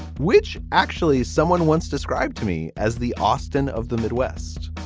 which actually someone once described to me as the austin of the midwest